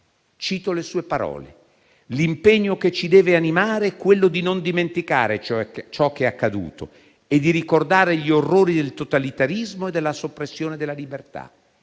cito le sue parole: «L'impegno che ci deve animare è quello di non dimenticare ciò che è accaduto qui e di ricordare gli orrori del totalitarismo e della soppressione della libertà».